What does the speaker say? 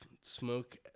smoke